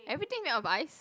everything made of ice